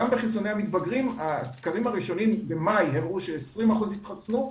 גם בחיסוני המתגברים הסקרים הראשונים במאי הראו ש-20% התחסנו,